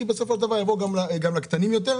כי בסופו של דבר זה יעבור גם לקטנים יותר,